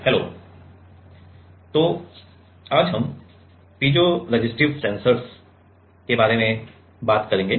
hello तो आज हम पीजोरेसिस्टिव सेंसर्स के बारे में बात करेंगे